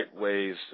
ways